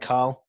Carl